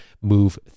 move